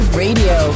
radio